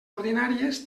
ordinàries